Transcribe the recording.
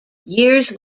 years